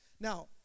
Now